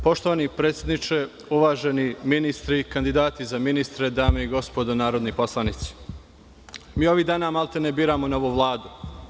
Poštovani predsedniče, uvaženi ministri, kandidati za ministre, dame i gospodo narodni poslanici, mi ovih dana maltene biramo novu Vladu.